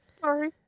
Sorry